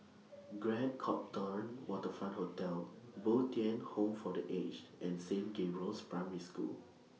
Grand Copthorne Waterfront Hotel Bo Tien Home For The Aged and Saint Gabriel's Primary School